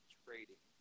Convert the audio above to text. trading